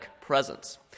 presence